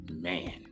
man